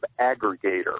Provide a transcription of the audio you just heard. aggregator